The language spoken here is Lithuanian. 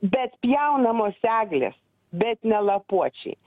bet pjaunamos eglės bet ne lapuočiai